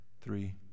three